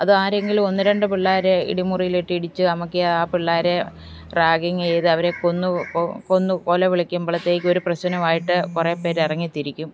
അത് ആരെങ്കിലും ഒന്നുരണ്ട് പിള്ളേരെ ഇടിമുറിയിലിട്ട് ഇടിച്ച് അമക്കി ആ പിള്ളേരെ റാഗിങ്ങ് ചെയ്ത് അവരെ കൊന്നു കൊ കൊന്നു കൊലവിളിക്കുമ്പോഴത്തേക്കും ഒരു പ്രശ്നമായിട്ട് കുറേ പേർ ഇറങ്ങി തിരിക്കും